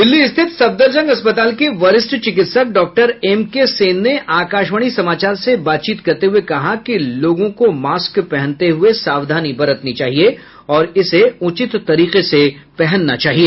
दिल्ली स्थित सफदरजंग अस्पताल के वरिष्ठ चिकित्सक डॉक्टर एम के सेन ने आकाशवाणी समाचार से बात करते हुए कहा कि लोगों को मास्क पहनते हुए सावधानी बरतनी चाहिए और इसे उचित तरीके से पहनना चाहिए